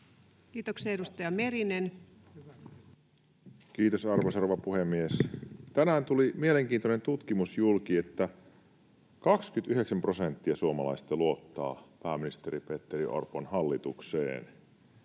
Kiitoksia. — Edustaja Merinen. Kiitos, arvoisa rouva puhemies! Tänään tuli mielenkiintoinen tutkimus julki, että 29 prosenttia suomalaisista luottaa pääministeri Petteri Orpon hallitukseen